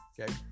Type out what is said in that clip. Okay